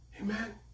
Amen